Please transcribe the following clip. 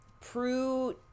Prue